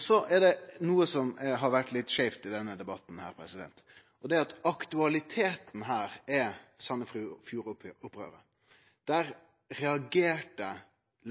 Så er det noko som har vore litt skeivt i denne debatten. Aktualiteten her er Sandefjord-opprøret. Der reagerte